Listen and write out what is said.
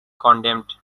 condemned